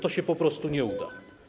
To się po prostu nie uda.